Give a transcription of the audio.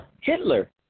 Hitler